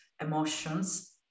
emotions